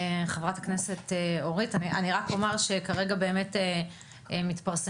אני רק אומר שכרגע מתפרסמים,